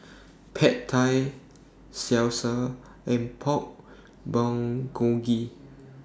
Pad Thai Salsa and Pork Bulgogi